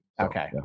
Okay